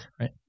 right